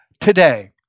today